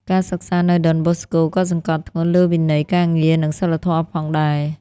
ការសិក្សានៅដុនបូស្កូក៏សង្កត់ធ្ងន់លើវិន័យការងារនិងសីលធម៌ផងដែរ។